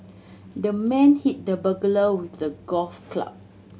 the man hit the burglar with a golf club